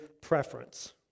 preference